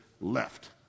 left